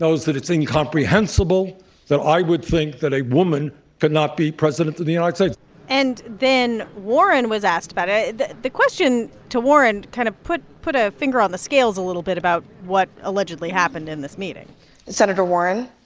knows that it's incomprehensible that i would think that a woman could not be president of the united states and then warren was asked about it. the the question to warren kind of put put a finger on the scales a little bit about what allegedly happened in this meeting senator warren,